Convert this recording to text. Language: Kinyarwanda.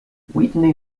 whitney